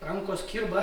rankos kirba